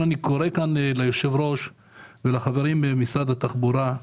לכן אני קורא כאן ליושב-ראש ולחברים ממשרד התחבורה: